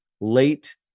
late